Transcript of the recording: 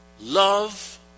love